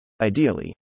Ideally